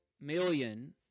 million